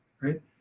right